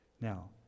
Now